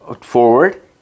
forward